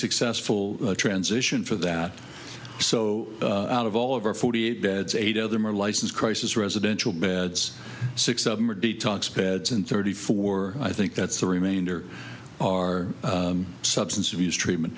successful transition for that so out of all of our forty eight beds eight of them are licensed crisis residential beds six of them are detox beds and thirty four i think that's the remainder are substance abuse treatment